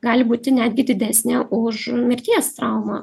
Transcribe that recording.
gali būti netgi didesnė už mirties traumą